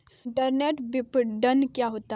Internet विपणन क्या होता है?